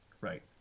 right